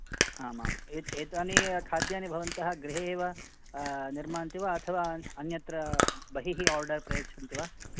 आम् आम् एत् एतानि खाद्यानि भवन्तः गृहे एव निर्मान्ति वा अथवा अन्यत्र बहिः ओर्डर् प्रयच्छन्ति वा